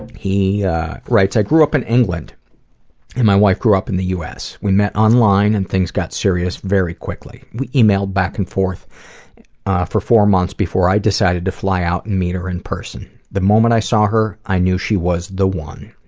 he writes, i grew up in england and my wife grew up in the us. we met online and things got serious very quickly. we emailed back and forth for four months before i decided to fly out and meet her in person. the moment i saw her, i knew she was the one.